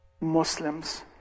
Muslims